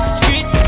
street